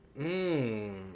Mmm